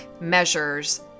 measures